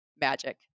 magic